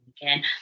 again